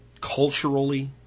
culturally